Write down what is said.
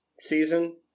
season